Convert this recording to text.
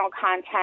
content